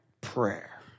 prayer